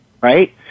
right